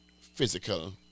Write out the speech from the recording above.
physical